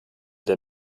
der